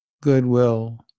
goodwill